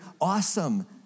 awesome